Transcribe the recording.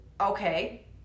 Okay